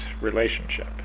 relationship